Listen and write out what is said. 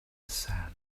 sand